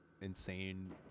insane